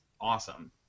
awesome